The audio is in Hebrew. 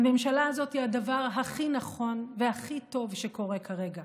הממשלה הזאת היא הדבר הכי נכון והכי טוב שקורה כרגע.